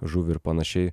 žuvį ir panašiai